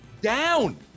down